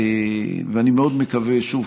שוב,